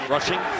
Rushing